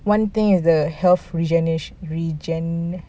one thing is the health regeneration regen~